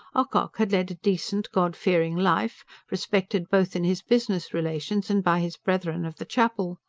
ocock had led a decent, god-fearing life, respected both in his business relations and by his brethren of the chapel.